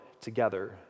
together